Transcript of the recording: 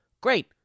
Great